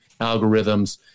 algorithms